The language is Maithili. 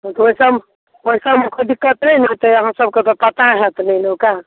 ओहिसब ओहि सबमे तऽ कोइ दिक्कत नहि ने होयतै अहाँ सबके तऽ पता होयत ने ओनुक्का